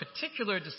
particular